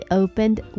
opened